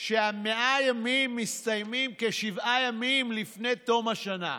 ש-100 הימים מסתיימים כשבעה ימים לפני תום השנה.